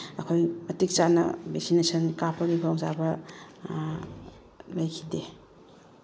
ꯑꯩꯈꯣꯏ ꯃꯇꯤꯛ ꯆꯥꯅ ꯚꯦꯛꯁꯤꯅꯦꯁꯟ ꯀꯥꯞꯄꯒꯤ ꯈꯨꯗꯣꯡꯆꯥꯕ ꯂꯩꯈꯤꯗꯦ